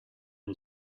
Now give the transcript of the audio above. who